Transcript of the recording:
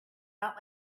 out